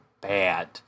bad